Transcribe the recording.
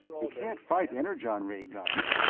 you can't fight energon-ray guns!